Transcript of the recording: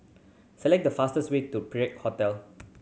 select the fastest way to Perak Hotel